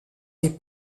des